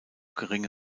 geringe